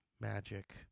magic